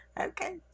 Okay